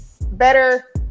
better